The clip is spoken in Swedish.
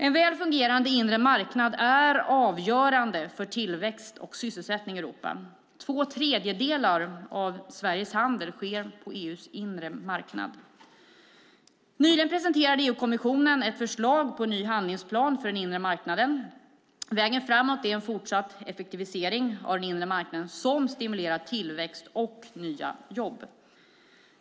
En väl fungerande inre marknad är avgörande för tillväxt och sysselsättning i Europa. Två tredjedelar av Sveriges handel sker på EU:s inre marknad. Nyligen presenterade EU-kommissionen ett förslag till ny handlingsplan för den inre marknaden. Vägen framåt är en fortsatt effektivisering av den inre marknaden som stimulerar tillväxt och nya jobb.